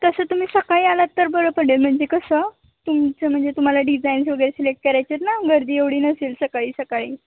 तसं तुम्ही सकाळी आलात तर बरं पडेल म्हणजे कसं तुमचं म्हणजे तुम्हाला डिझाईन्स वगैरे सिलेक्ट करायचे आहेत ना गर्दी एवढी नसेल सकाळी सकाळी